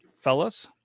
fellas